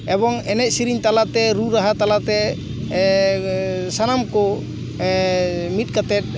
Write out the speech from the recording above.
ᱮᱵᱚᱝ ᱮᱱᱮᱡ ᱥᱮᱨᱮᱧ ᱛᱟᱞᱟᱛᱮ ᱨᱩ ᱨᱟᱦᱟ ᱛᱟᱞᱟᱛᱮ ᱥᱟᱱᱟᱢ ᱠᱚ ᱢᱤᱫ ᱠᱟᱛᱮᱫ